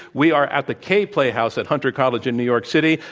we are at the kay playhouse at hunter college in new york city.